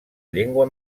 llengua